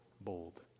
bold